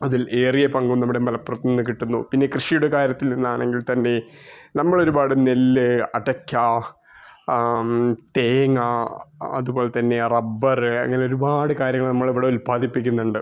അതിൽ ഏറിയ പങ്കും നമ്മുടെ മലപ്പുറത്ത് നിന്ന് കിട്ടുന്നു പിന്നെ കൃഷിയുടെ കാര്യത്തിൽ നിന്നാണെങ്കിൽ തന്നെ നമ്മളൊരുപാട് നെല്ല് അടയ്ക്ക തേങ്ങ അതുപോലെ തന്നെ റബ്ബറ് ഇങ്ങനെ ഒരുപാട് കാര്യങ്ങൾ നമ്മളിവിടെ ഉൽപ്പാദിപ്പിക്കുന്നുണ്ട്